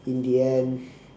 in the end